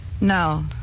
No